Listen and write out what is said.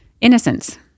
innocence